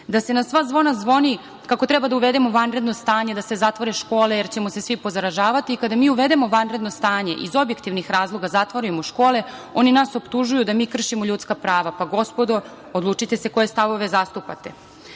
Da se na sva zvona zvoni kako treba da uvedemo vanredno stanje, da se zatvore škole jer ćemo se svi pozaražavati, kada mi uvedemo vanredno stanje iz objektivnih razloga zatvorimo škole, oni nas optužuju da mi kršimo ljudska prava. Pa gospodo, odlučite se koje stavove zastupate.